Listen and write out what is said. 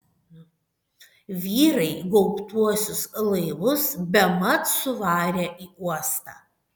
vyrai gaubtuosius laivus bemat suvarė į uostą